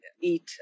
eat